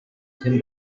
tim